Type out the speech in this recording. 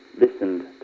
listened